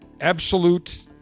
absolute